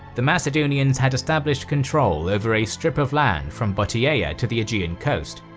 the macedonians had established control over a strip of land from bottiaea to the aegean coast,